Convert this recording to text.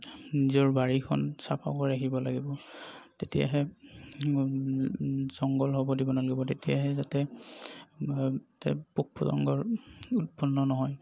নিজৰ বাৰীখন চাফা কৰি ৰাখিব লাগিব তেতিয়াহে জংগল হ'ব দিব নালাগিব তেতিয়াহে যাতে পোক পতংগৰ উৎপন্ন নহয়